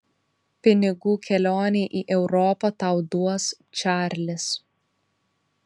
pinigų kelionei į europą tau duos čarlis